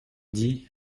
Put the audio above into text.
dit